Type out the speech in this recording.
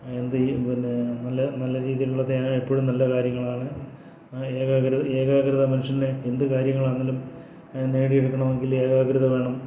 എന്ത് ഈ പിന്നെ നല്ല നല്ല രീതിയിലുള്ളതൊക്കെയാണ് എപ്പോഴും നല്ല കാര്യങ്ങളാണ് ഏകാഗ്രത ഏകാഗ്രത മനുഷ്യന് എന്ത് കാര്യങ്ങൾ ആണെങ്കിലും അത് നേടിയെടുക്കണമെങ്കിൽ ഏകാഗ്രത വേണം